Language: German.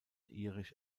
irisch